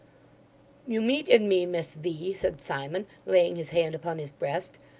you meet in me, miss v, said simon, laying his hand upon his breast,